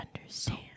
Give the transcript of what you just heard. understand